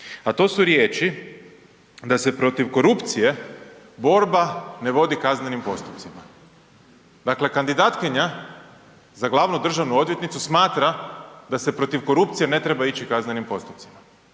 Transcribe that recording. A to su riječi da se protiv korupcije borba ne vodi kaznenim postupcima. Dakle, kandidatkinja za glavnu državnu odvjetnicu smatra da se protiv korupcije ne treba ići kaznenim postupcima.